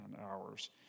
hours